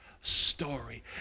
story